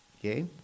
Okay